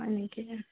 হয় নেকি